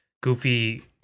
goofy